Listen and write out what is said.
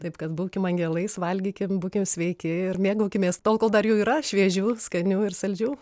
taip kad būkim angelais valgykim būkim sveiki ir mėgaukimės tol kol dar jų yra šviežių skanių ir saldžių